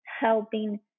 helping